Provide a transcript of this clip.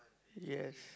yes